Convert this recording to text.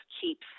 keeps